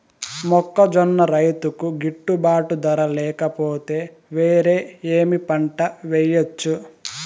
మొక్కజొన్న రైతుకు గిట్టుబాటు ధర లేక పోతే, వేరే ఏమి పంట వెయ్యొచ్చు?